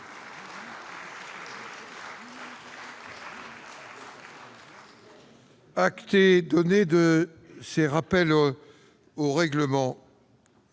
vous est donné de ce rappel au règlement,